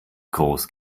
groß